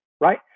right